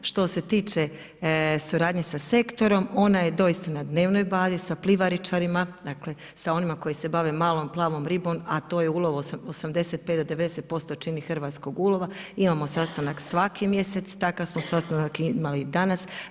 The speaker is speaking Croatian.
Što se tiče suradnje sa sektorom, ona je doista na dnevnoj bazi, sa plivaračima, dakle sa onima koji se bave malom plavom ribom, a to je ulov 85 do 90% čini hrvatskog ulova, imamo sastanak svaki mjesec, takav smo sastanak imali i danas.